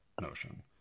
notion